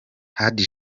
hadi